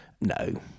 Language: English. No